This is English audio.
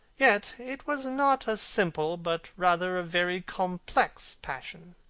yet it was not a simple, but rather a very complex passion.